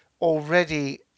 already